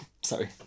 Sorry